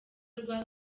rwa